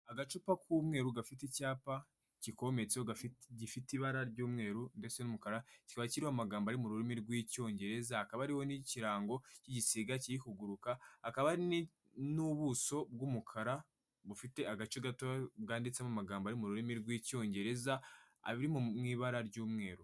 Agacupa k'umweru gafite icyapa kikometseho gifite ibara ry'umweru ndetse n'umukara, kikaba kiriho amagambo ari mu rurimi rw'Icyongereza. Hakaba hariho n'ikirango, igisiga kiri kuguruka. Hakaba hari n'ubuso bw'umukara bufite agace gato bwanditsemo amagambo ari mu rurimi rw'Icyongereza ari mu ibara ry'umweru.